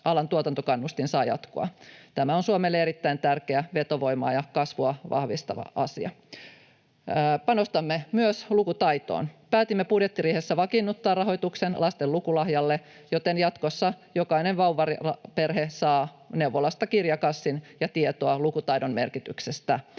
alan tuotantokannustin saa jatkoa. Tämä on Suomelle erittäin tärkeä vetovoimaa ja kasvua vahvistava asia. Panostamme myös lukutaitoon. Päätimme budjettiriihessä vakiinnuttaa rahoituksen lasten lukulahjalle, joten jatkossa jokainen vauvaperhe saa neuvolasta kirjakassin ja tietoa lukutaidon merkityksestä.